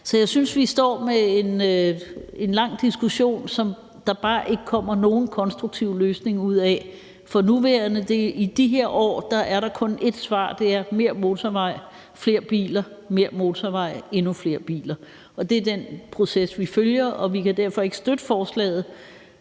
Så jeg synes, at vi står med en lang diskussion, som der bare ikke kommer nogen konstruktiv løsning ud af for nuværende. I de her år er der kun ét svar, og det er: Mere motorvej, flere biler, og så mere motorvej og endnu flere biler. Det er den proces, vi kan se, og vi kan derfor ikke støtte forslaget